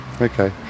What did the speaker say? okay